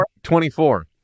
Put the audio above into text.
24